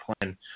plan